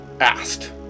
asked